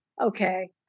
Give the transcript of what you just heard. Okay